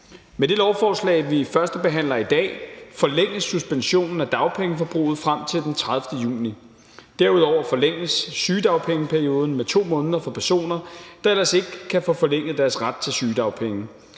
Med det lovforslag, vi førstebehandler i dag, forlænges suspensionen af dagpengeforbruget frem til den 30. juni. Derudover forlænges sygedagpengeperioden med 2 måneder for personer, der ellers ikke kan få forlænget deres ret til sygedagpenge.